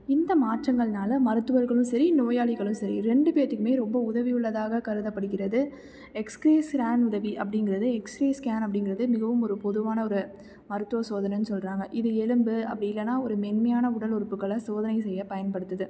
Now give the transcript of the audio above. இந்த மாற்றங்களினால மருத்துவர்களும் சரி நோயாளிகளும் சரி ரெண்டு பேர்த்துக்குமே ரொம்ப உதவி உள்ளதாக கருதப்படுகிறது எக்ஸ்க்ரே ஸ்ரேன் உதவி அப்டிங்கிறது எக்ஸ்ரே ஸ்கேன் அப்டிங்கிறது மிகவும் ஒரு பொதுவான ஒரு மருத்துவ சோதனன்னு சொல்கிறாங்க இது எலும்பு அப்படி இல்லைனா ஒரு மென்மையான உடல் உறுப்புக்களை சோதனை செய்ய பயன்படுத்துது